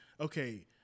okay